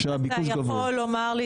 כשהביקוש גבוה.